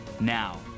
Now